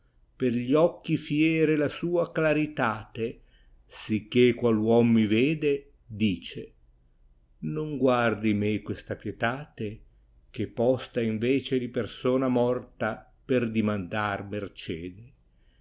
per gli occhi fiere la sua claritate sicché qual uom mi vede dice non guardi me questa pietate che posta è a tccc di persona morta per dimandar mercede